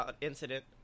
incident